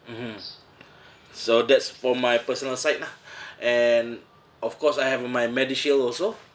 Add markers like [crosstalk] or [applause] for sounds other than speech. mmhmm so that's for my personal side lah [breath] and of course I have my medishield also